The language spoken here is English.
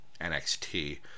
NXT